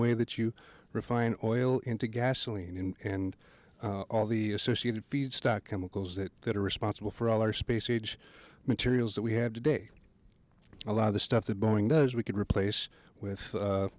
way that you refine oil into gasoline and all the associated feedstock chemicals that are responsible for all our space age materials that we had today a lot of the stuff that boeing does we could replace with